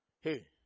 Hey